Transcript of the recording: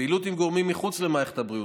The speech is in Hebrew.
פעילות עם גורמים מחוץ למערכת הבריאות,